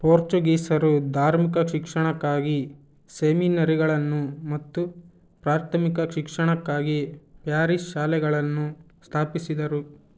ಪೋರ್ಚುಗೀಸರು ಧಾರ್ಮಿಕ ಶಿಕ್ಷಣಕ್ಕಾಗಿ ಸೆಮಿನರಿಗಳನ್ನು ಮತ್ತು ಪ್ರಾರ್ಥಮಿಕ ಶಿಕ್ಷಣಕ್ಕಾಗಿ ಪ್ಯಾರಿಸ್ ಶಾಲೆಗಳನ್ನು ಸ್ಥಾಪಿಸಿದರು